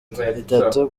itatu